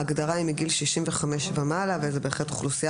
ההגדרה היא מגיל 65 ומעלה וזאת בהחלט אוכלוסייה